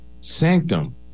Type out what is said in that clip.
Sanctum